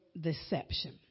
deception